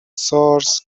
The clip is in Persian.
سارس